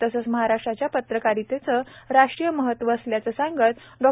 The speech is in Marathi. तसेच महाराष्ट्राची पत्रकारितेची राष्ट्रीय महतब असल्याचे सांगत डॉ